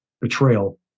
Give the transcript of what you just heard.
betrayal